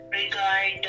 regard